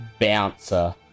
Bouncer